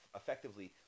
effectively